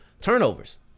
turnovers